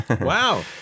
wow